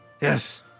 Yes